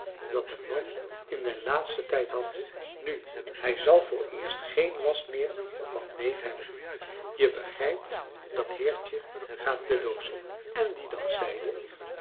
dat de man in den laatsten tijd had nu hij zal vooreerst geen last meer van neef hebben je begrijpt dat heertje gaat de doos in en die dat zeiden